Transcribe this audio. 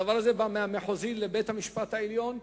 הדבר הזה בא מהמחוזי לבית-המשפט העליון,